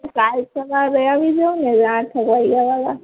કાલે સવારે આવી જાવ ને આઠેક વાગ્યે વહેલાં